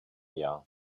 jahr